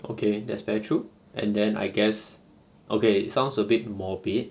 okay that's very true and then I guess okay sounds a bit morbid